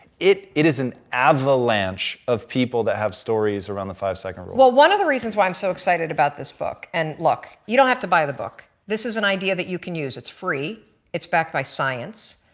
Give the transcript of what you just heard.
it it is an avalanche of people that have stories around the five second rule. mel one of the reasons why i'm so excited about this book and look you don't have to buy the book this is an idea that you can use it's free it's backed by science,